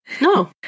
no